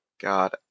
God